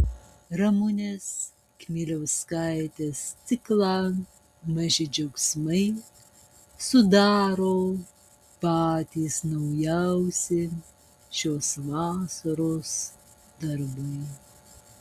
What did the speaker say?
ramunės kmieliauskaitės ciklą maži džiaugsmai sudaro patys naujausi šios vasaros darbai